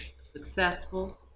successful